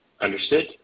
Understood